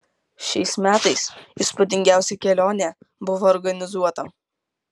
šiais metais įspūdingiausia kelionė buvo organizuota